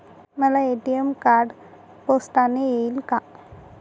मला ATM card पोस्टाने येईल का?